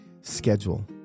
schedule